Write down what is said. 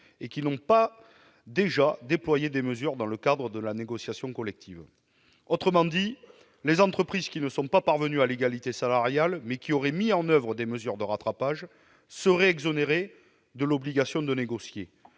et qui n'ont pas déjà déployé des mesures dans le cadre de la négociation collective. En d'autres termes, les entreprises qui ne sont pas parvenues à l'égalité salariale, mais qui auraient mis en oeuvre des mesures de rattrapage seraient exonérées de l'obligation de négocier.